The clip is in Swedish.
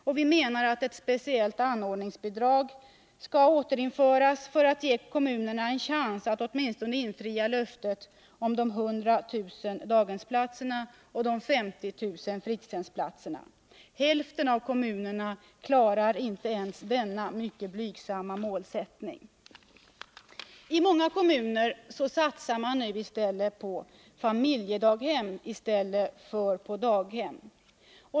Vi menar också att ett speciellt anordningsbidrag skall återinföras för att ge kommunerna en chans att åtminstone infria löftet om de 100 000 daghemsplatserna och de 50 000 fritidshemsplatserna. Hälften av kommunerna klarar inte ens denna mycket blygsamma målsättning. I många kommuner satsar man nu på familjedaghem i stället för på daghem.